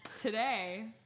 Today